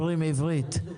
בעברית זה נקרא עילות.